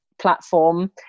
platform